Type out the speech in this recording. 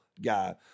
guy